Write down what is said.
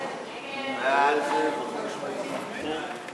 ההצעה להעביר את